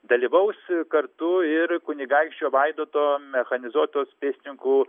dalyvaus kartu ir kunigaikščio vaidoto mechanizuotos pėstininkų